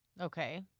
Okay